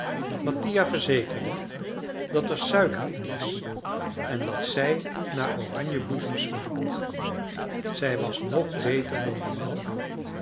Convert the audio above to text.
mattia verzekerde dat er suiker in was en dat zij naar oranjebloesem smaakt zij was nog beter dan de melk